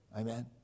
Amen